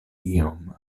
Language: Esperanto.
iom